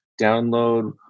download